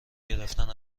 گرفتن